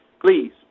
Please